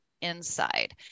inside